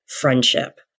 friendship